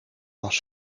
was